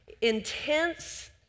Intense